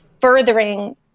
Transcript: furthering